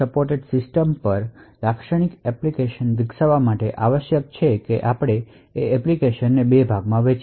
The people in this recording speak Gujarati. સપોર્ટેડ સિસ્ટમ પર લાક્ષણિક એપ્લિકેશન વિકાસ માટે આવશ્યક છે કે તમે ખરેખર એપ્લિકેશન ને બે ભાગમાં વહેંચો